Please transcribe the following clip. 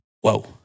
Whoa